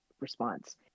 response